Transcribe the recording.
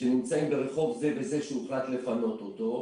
שנמצאים ברחוב זה וזה שהוחלט לפנות אותו,